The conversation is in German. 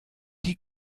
die